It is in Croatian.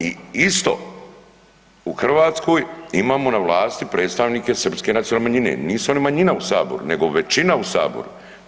I isto u Hrvatskoj imamo na vlasti predstavnike srpske nacionalne manjine, nisu oni manjina u Saboru nego većina u Saboru.